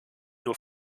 nur